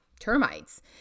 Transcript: termites